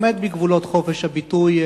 עומד בגבולות חופש הביטוי,